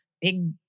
big